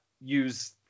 use